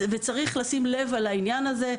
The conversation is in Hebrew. צריך לשים לב לעניין הזה,